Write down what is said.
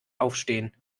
aufstehen